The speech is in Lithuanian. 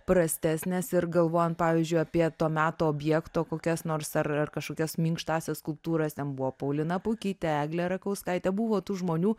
prastesnės ir galvojant pavyzdžiui apie to meto objekto kokias nors ar ar kažkokias minkštąsias skulptūras ten buvo paulina pukyte eglė rakauskaitė buvo tų žmonių